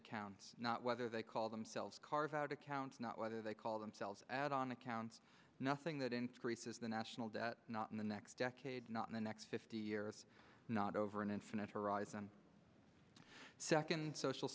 accounts not whether they call themselves carve out accounts not whether they call themselves add on accounts nothing that increases the national debt not in the next decade not in the next fifty years not over an infinite horizon second social